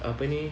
apa ni